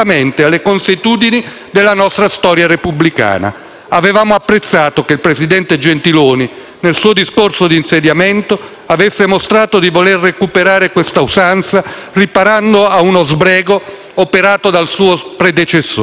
Avevamo apprezzato che il presidente Gentiloni Silveri, nel suo discorso di insediamento, avesse mostrato di voler recuperare questa usanza riparando a uno sbrego operato dal suo predecessore. Purtroppo è stato costretto a contraddirsi.